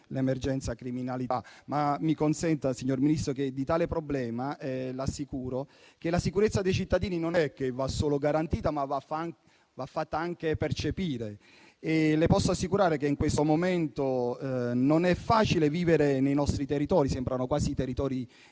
l'emergenza criminalità. Mi consenta, signor Ministro, a proposito di tale problema, di dirle che la sicurezza dei cittadini non va solo garantita, ma va fatta anche percepire. Le posso assicurare che in questo momento non è facile vivere nei nostri territori, che sembrano quasi di